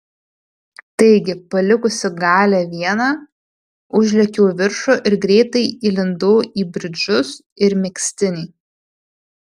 taigi palikusi galią vieną užlėkiau į viršų ir greitai įlindau į bridžus ir megztinį